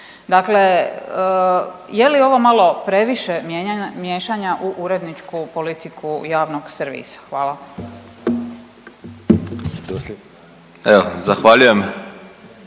Dakle, je li ovo malo previše miješanja u uredničku politiku javnog servisa? Hvala. **Pavliček,